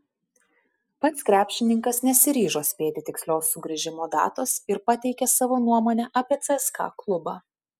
pats krepšininkas nesiryžo spėti tikslios sugrįžimo datos ir pateikė savo nuomonę apie cska klubą